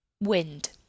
Wind